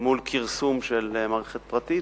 מול כרסום של המערכת הפרטית,